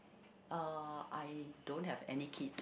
uh I don't have any kids